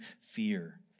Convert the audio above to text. fear